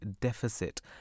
deficit